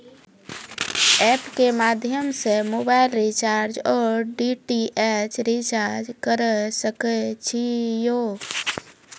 App के माध्यम से मोबाइल रिचार्ज ओर डी.टी.एच रिचार्ज करऽ सके छी यो?